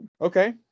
Okay